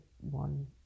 one